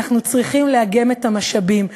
אנחנו צריכים לאגם את המשאבים,